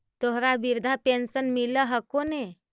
तोहरा वृद्धा पेंशन मिलहको ने?